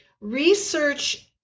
research-